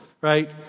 right